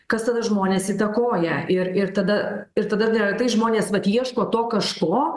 kas tada žmones įtakoja ir ir tada ir tada neretai žmonės vat ieško to kažko